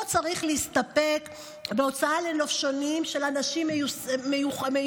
לא צריך להסתפק בהוצאה לנופשונים של אנשים מסוימים.